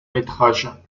métrages